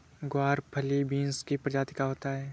ग्वारफली बींस की प्रजाति का होता है